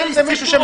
שר